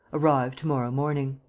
arrive to-morrow morning.